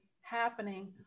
happening